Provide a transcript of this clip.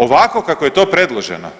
Ovako kako je to predloženo,